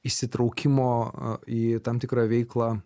įsitraukimo į tam tikrą veiklą